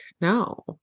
no